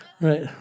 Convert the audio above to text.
Right